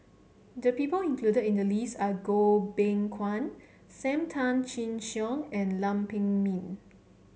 the people included in the list are Goh Beng Kwan Sam Tan Chin Siong and Lam Pin Min